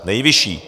Nejvyšší!